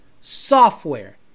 Software